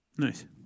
Nice